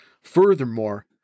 Furthermore